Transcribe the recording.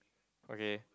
okay